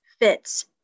fits